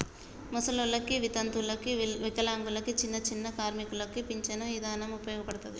ముసలోల్లకి, వితంతువులకు, వికలాంగులకు, చిన్నచిన్న కార్మికులకు పించను ఇదానం ఉపయోగపడతది